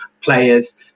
players